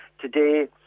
today